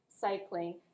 cycling